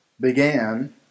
began